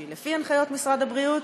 שהיא לפי הנחיות משרד הבריאות,